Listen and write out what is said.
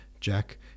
Jack